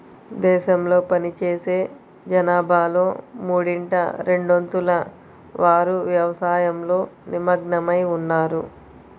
దేశంలో పనిచేసే జనాభాలో మూడింట రెండొంతుల వారు వ్యవసాయంలో నిమగ్నమై ఉన్నారు